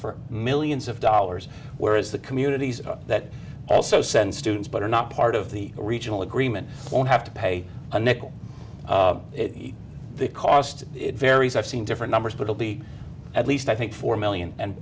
for millions of dollars whereas the communities that also send students but are not part of the regional agreement won't have to pay a nickel the cost varies i've seen different numbers but will be at least i think four million and